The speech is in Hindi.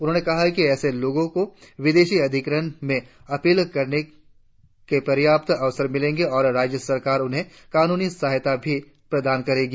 उन्होंने कहा कि ऐसे लोगों को विदेशी अधिकरण में अपील करने के पर्याप्त अवसर मिलेंगे और राज्य सरकार उन्हें कानूनी सहायता भी प्रदान करेगी